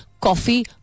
Coffee